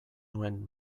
nuen